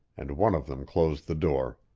and one of them closed the door.